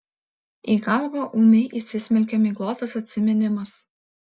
į galvą ūmai įsismelkia miglotas atsiminimas